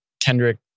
Kendrick